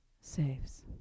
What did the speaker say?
saves